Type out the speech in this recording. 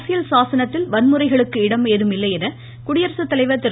அரசியல் சாசனத்தில் வன்முறைகளுக்கு இடம் ஏதும் இல்லை என்று குடியரசு தலைவர் திரு